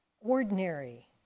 ordinary